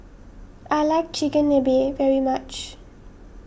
I like Chigenabe very much